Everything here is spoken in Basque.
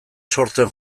sortzen